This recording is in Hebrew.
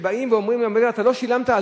שבאים ואומרים לי: אתה לא שילמת,